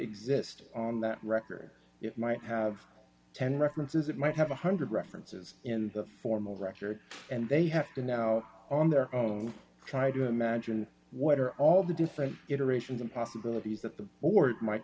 exist on that record it might have ten references it might have a one hundred references in the formal record and they have to now on their own try to imagine what are all the different iterations the possibilities that the board m